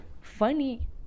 funny